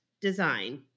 design